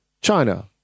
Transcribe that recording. China